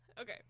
Okay